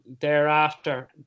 thereafter